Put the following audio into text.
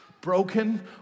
broken